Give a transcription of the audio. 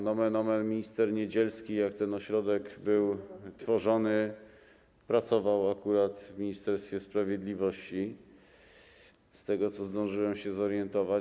Nomen omen minister Niedzielski, jak ten ośrodek był tworzony, pracował akurat w Ministerstwie Sprawiedliwości, z tego, co zdążyłem się zorientować.